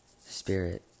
Spirit